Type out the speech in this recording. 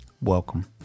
Welcome